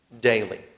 daily